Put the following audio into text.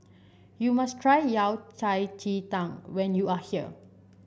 you must try Yao Cai Ji Tang when you are here